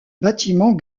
bâtiment